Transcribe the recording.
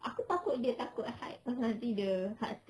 aku takut dia takut height pasal nanti dia heart attack